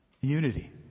Unity